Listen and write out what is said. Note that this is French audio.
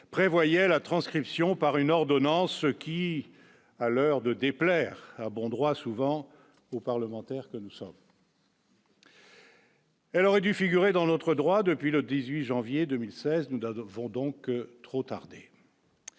prévoyait la transcription par une ordonnance, ce qui à l'heure de déplaire à bon droit, souvent aux parlementaires que nous sommes. Elle aurait dû figurer dans l'autre droit depuis le 18 janvier 2016, nous devons donc trop tardé,